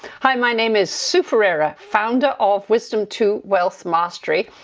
hi, my name is sue ferreira, founder of wisdom to wealth mastery,